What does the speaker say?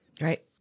Right